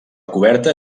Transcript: coberta